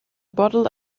bottle